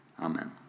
Amen